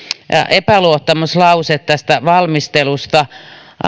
epäluottamuslause tästä valmistelusta